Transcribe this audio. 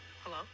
Hello